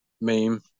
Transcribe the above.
meme